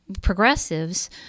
progressives